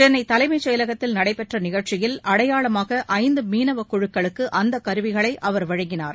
சென்னை தலைமை செயலகத்தில் நடைபெற்ற நிகழ்ச்சியில் அடையாளமாக ஐந்து மீனவ குழுக்களுக்கு அந்த கருவிகளை அவர் வழங்கினார்